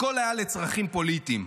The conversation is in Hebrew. הכול היה לצרכים פוליטיים.